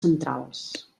centrals